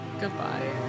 Goodbye